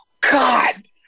God